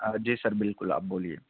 جی sir بالکل آپ بولیے